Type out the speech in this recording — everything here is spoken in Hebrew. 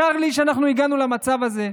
צר לי שאנחנו הגענו למצב הזה.